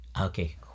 Okay